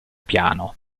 piano